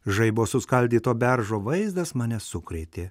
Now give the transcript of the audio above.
žaibo suskaldyto beržo vaizdas mane sukrėtė